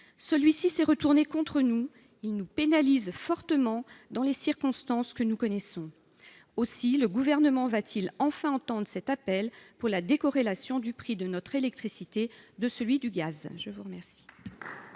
Celui-ci s'est retourné contre nous, ce qui nous pénalise fortement dans les circonstances actuelles. Le Gouvernement va-t-il enfin entendre cet appel pour la décorrélation du prix de notre électricité de celui du gaz ?